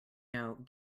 know